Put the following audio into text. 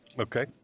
Okay